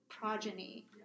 progeny